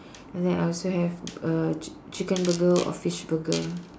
and than I also have uh chi~ chicken burger or fish burger